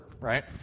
right